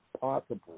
possible